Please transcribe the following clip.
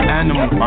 animal